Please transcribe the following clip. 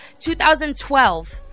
2012